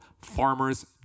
Farmer's